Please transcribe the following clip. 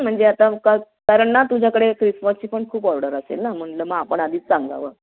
म्हणजे आता का कारण ना तुझ्याकडे ख्रिसमसची पण खूप ऑर्डर असेल ना म्हटलं मग आपण आधीच सांगावं